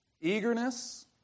eagerness